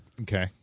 Okay